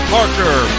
Parker